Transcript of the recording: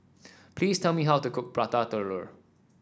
please tell me how to cook Prata Telur